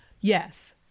yes